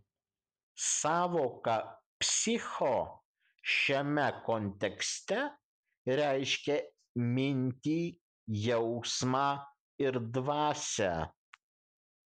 sąvoka psicho šiame kontekste reiškia mintį jausmą ir dvasią